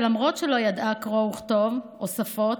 ולמרות שלא ידעה קרוא וכתוב או שפות